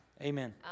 Amen